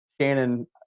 Shannon